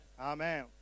Amen